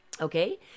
Okay